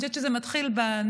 אני חושבת שזה מתחיל בנוער,